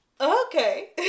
Okay